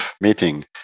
meeting